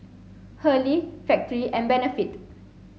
Hurley Factorie and Benefit